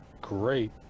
great